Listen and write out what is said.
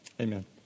Amen